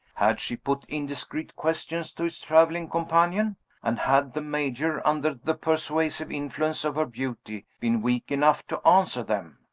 had she put indiscreet questions to his traveling companion and had the major, under the persuasive influence of her beauty, been weak enough to answer them?